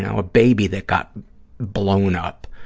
and a baby that got blown up.